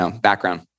background